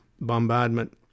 bombardment